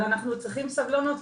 אבל אנחנו צריכים סבלנות,